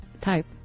type